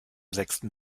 sechsten